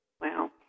Wow